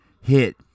hit